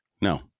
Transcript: no